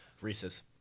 Reese's